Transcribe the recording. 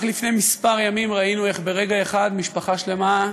רק לפני כמה ימים ראינו איך ברגע אחד משפחה שלמה,